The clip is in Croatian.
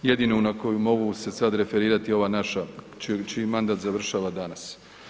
Jedino na koju mogu se sad referirati je ova naša čiji mandat završava danas.